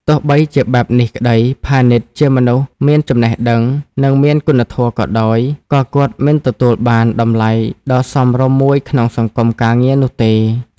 ទោះបីជាបែបនេះក្តី ផានីតជាមនុស្សមានចំណេះដឹង និងមានគុណធម៌ក៏ដោយ ក៏គាត់មិនទទួលបានតម្លៃដ៏សមរម្យមួយក្នុងសង្គមការងារនោះទេ។